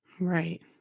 Right